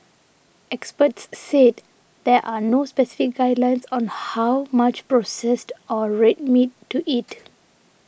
experts said there are no specific guidelines on how much processed or red meat to eat